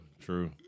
True